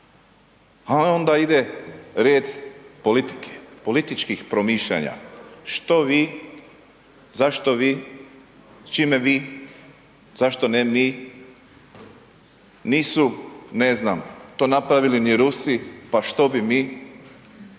A onda ide red politike, političkih promišljanja „što vi“, „zašto vi“, „s čime vi“, „zašto ne mi“, „nisu ne znam to napravili ni Rusi, pa što bi mi“, „zašto